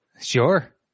Sure